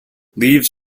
leaves